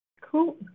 Cool